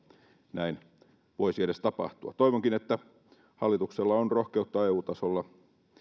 näin voisi edes tapahtua toivonkin että hallituksella on rohkeutta eu tasolla